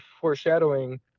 foreshadowing